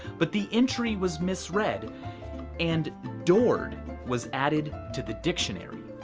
but the entry was misread and dord was added to the dictionary.